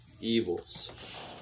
evils